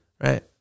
right